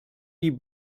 die